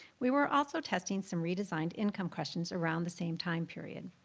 we were also testing some redesigned income questions around the same time period.